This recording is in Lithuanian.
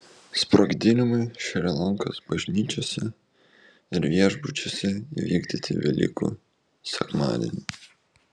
sprogdinimai šri lankos bažnyčiose ir viešbučiuose įvykdyti velykų sekmadienį